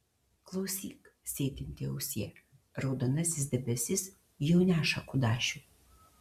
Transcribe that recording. klausyk sėdinti ausie raudonasis debesis jau neša kudašių